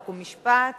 חוק ומשפט